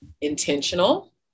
intentional